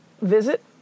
visit